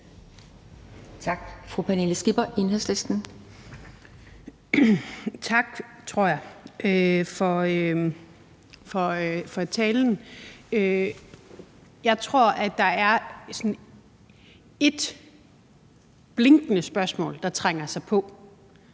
jeg, for talen. Jeg tror, at der er sådan ét blinkende spørgsmål, der trænger sig på,